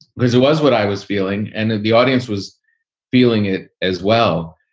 because it was what i was feeling and that the audience was feeling it as well.